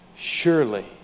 Surely